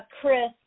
Chris